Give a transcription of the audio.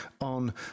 on